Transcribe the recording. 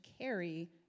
carry